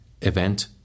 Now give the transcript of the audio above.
Event